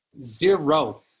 Zero